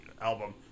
album